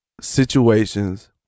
situations